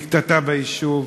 בקטטה ביישוב,